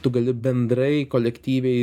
tu gali bendrai kolektyviai